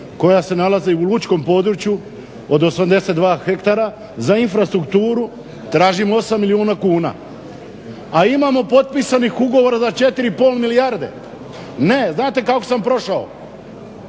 koja se nalazi u lučkom području od 82 hektara za infrastrukturu, tražim 8 milijuna kuna, a imamo potpisanih ugovora na 4,5 milijarde. Ne, a znate kako sam prošao,